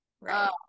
right